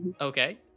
Okay